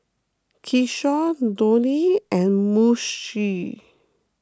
Kishore Dhoni and Mukesh